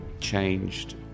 changed